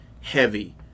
heavy